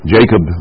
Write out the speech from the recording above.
Jacob